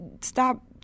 stop